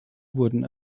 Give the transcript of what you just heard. wurden